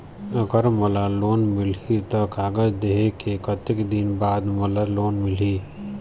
अगर मोला लोन मिलही त कागज देहे के कतेक दिन बाद मोला लोन मिलही?